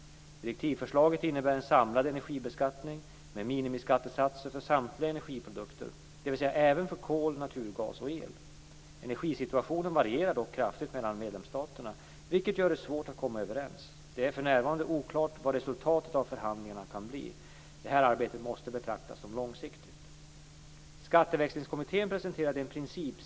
Direktivförslaget innebär en samlad energibeskattning med minimiskattesatser för samtliga energiprodukter, dvs. även för kol, naturgas och el. Energisituationen varierar dock kraftigt mellan medlemsstaterna, vilket gör det svårt att komma överens. Det är för närvarande oklart vad resultatet av förhandlingarna kan bli. Detta arbete måste betraktas som långsiktigt.